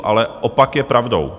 Ale opak je pravdou.